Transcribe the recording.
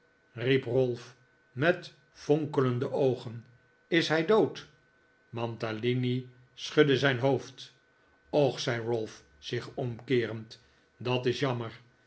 ralph met fonkelende oogen is hij dood mantalini schudde zijn hoofd och zei ralph zich omkeerend dat is jammer